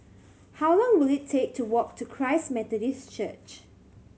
how long will it take to walk to Christ Methodist Church